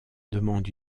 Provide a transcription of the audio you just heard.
demande